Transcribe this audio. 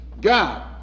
god